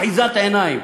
אחיזת עיניים.